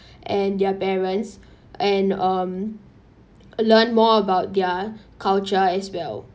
and their parents and um learn more about their culture as well